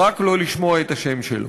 רק לא לשמוע את השם שלו.